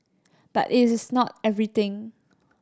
but it is not everything